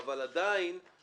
אבל אני רוצה